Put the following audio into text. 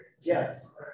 Yes